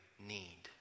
need